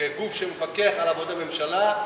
כגוף שמפקח על עבודת הממשלה,